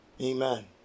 Amen